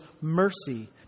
mercy